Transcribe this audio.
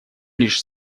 лишь